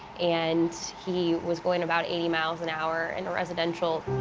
and he was going about eighty miles an hour in a residential.